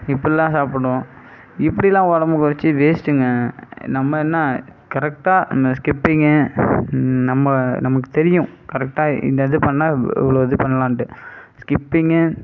இப்பட்லாம் சாப்பிடுவோம் இப்படிலாம் உடம்ப குறைச்சி வேஸ்ட்டுங்க நம்ம என்ன கரெக்டாக இந்த ஸ்கிப்பிங்கு நம்ம நமக்கு தெரியும் கரெக்டாக இந்த இது பண்ணிணா இவ்வளோது பண்ணலான்ட்டு ஸ்க்கிப்பிங்கு